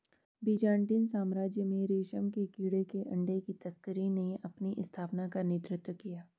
Byzantine साम्राज्य में रेशम के कीड़े के अंडे की तस्करी ने अपनी स्थापना का नेतृत्व किया